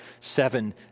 seven